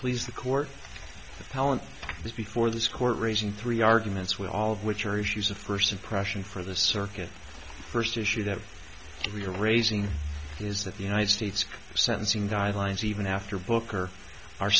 please the court appellant before this court raising three arguments with all of which are issues of first impression for the circuit first issue that we are raising is that the united states sentencing guidelines even after booker are